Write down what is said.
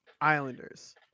Islanders